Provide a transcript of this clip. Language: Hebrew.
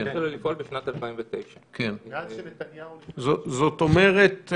היא התחילה לפעול בשנת 2009. מאז שנתניהו נכנס --- זאת אומרת,